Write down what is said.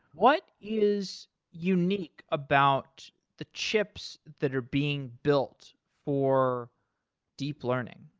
what is unique about the chips that are being built or deep learning?